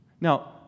Now